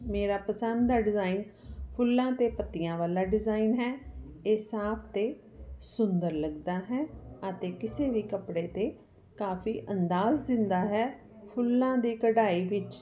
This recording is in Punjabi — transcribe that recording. ਮੇਰਾ ਪਸੰਦ ਦਾ ਡਿਜਾਇਨ ਫੁੱਲਾਂ ਅਤੇ ਪੱਤੀਆਂ ਵਾਲਾ ਡਿਜਾਇਨ ਹੈ ਇਹ ਸਾਫ ਅਤੇ ਸੁੰਦਰ ਲੱਗਦਾ ਹੈ ਅਤੇ ਕਿਸੇ ਵੀ ਕੱਪੜੇ 'ਤੇ ਕਾਫੀ ਅੰਦਾਜ ਦਿੰਦਾ ਹੈ ਫੁੱਲਾਂ ਦੀ ਕਢਾਈ ਵਿੱਚ